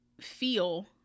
feel